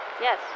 Yes